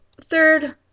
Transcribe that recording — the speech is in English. third